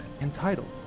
entitled